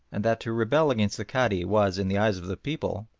and that to rebel against the cadi was, in the eyes of the people,